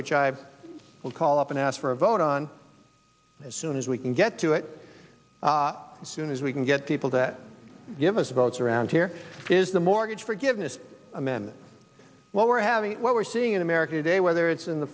which i will call up and ask for a vote on as soon as we can get to it as soon as we can get people that give us votes around here is the mortgage forgiveness amendment what we're having and what we're seeing in america today whether it's in the